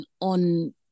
on